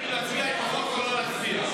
אדוני היושב-ראש, הם דנים אם להצביע או לא להצביע.